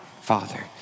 Father